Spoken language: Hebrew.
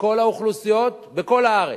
מכל האוכלוסיות בכל הארץ.